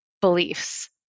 beliefs